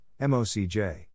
MOCJ